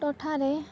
ᱴᱚᱴᱷᱟ ᱨᱮ